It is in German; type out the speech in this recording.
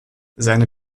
seine